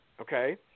Okay